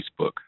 Facebook